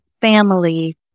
family